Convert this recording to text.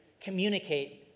communicate